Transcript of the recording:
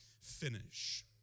finish